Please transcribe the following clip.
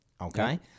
okay